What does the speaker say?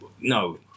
no